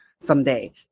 someday